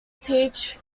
teach